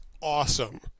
awesome